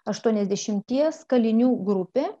aštuoniasdešimties kalinių grupė